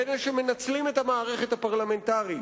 באלה שמנצלים את המערכת הפרלמנטרית,